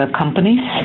companies